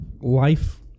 life